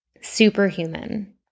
superhuman